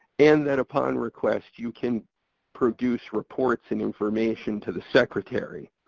and that upon request you can produce reports and information to the secretary.